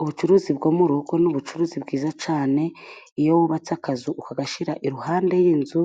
ubucuruzi bwo mu rugo ni ubucuruzi bwiza cyane. Iyo wubatse akazu ukagashyira iruhande rw'inzu